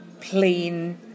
plain